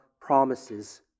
promises